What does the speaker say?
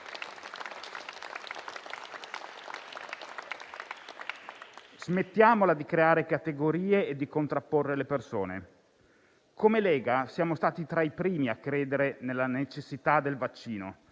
Smettiamola di creare categorie e di contrapporre le persone. Come Lega siamo stati tra i primi a credere nella necessità del vaccino